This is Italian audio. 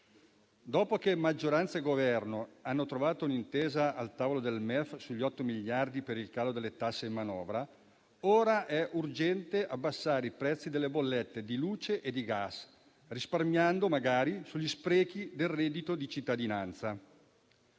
Dopo che maggioranza e Governo hanno trovato l'intesa al tavolo del MEF sugli 8 miliardi per il calo delle tasse in manovra, ora è urgente abbassare i prezzi delle bollette di luce e gas, magari risparmiando sugli sprechi del reddito di cittadinanza.